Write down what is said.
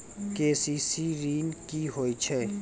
KCC ॠन की होय छै?